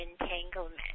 entanglement